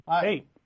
Hey